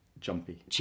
Jumpy